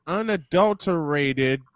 unadulterated